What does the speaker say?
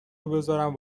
بذارم